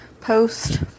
post